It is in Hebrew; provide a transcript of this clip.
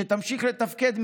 כדי שתמשיך לתפקד,